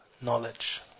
Knowledge